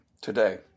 today